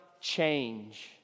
change